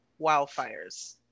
wildfires